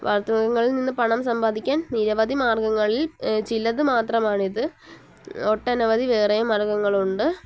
വളർത്തൃഗങ്ങളിൽനിന്ന് പണം സമ്പാദിക്കാൻ നിരവധി മാർഗ്ഗങ്ങളിൽ ചിലത് മാത്രമാണിത് ഒട്ടനവധി വേറെയും മാർഗ്ഗങ്ങളുണ്ട്